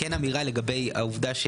אמירה לגבי העובדה ש